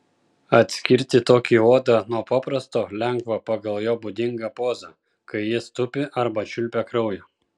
atskirti tokį uodą nuo paprasto lengva pagal jo būdingą pozą kai jis tupi arba čiulpia kraują